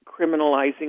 criminalizing